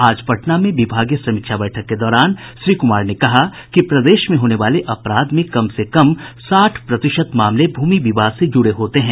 आज पटना में विभागीय समीक्षा बैठक के दौरान श्री कुमार ने कहा कि प्रदेश में होने वाले अपराध में कम से कम साठ प्रतिशत मामले भूमि विवाद से जुड़े होते हैं